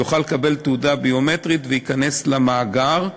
יוכלו לקבל תעודה ביומטרית וייכנסו למאגר.